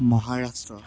Maharashtra